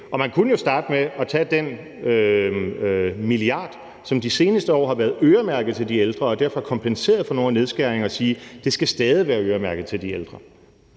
Man kunne starte med at tage den milliard kroner, som de seneste år har været øremærket til de ældre og derfor har kompenseret for nogle af nedskæringerne, og sige: Den skal stadig være øremærket til de ældre.